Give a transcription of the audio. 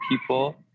people